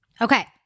Okay